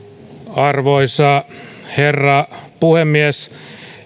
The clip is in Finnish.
arvoisa herra puhemies